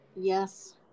Yes